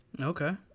Okay